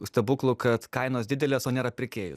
stebuklų kad kainos didelės o nėra pirkėjų